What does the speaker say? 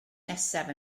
nesaf